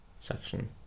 section